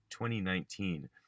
2019